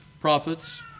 prophets